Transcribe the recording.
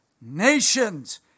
nations